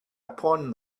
upon